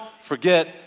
forget